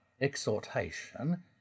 exhortation